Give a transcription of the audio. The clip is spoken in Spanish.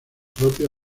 propia